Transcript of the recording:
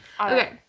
Okay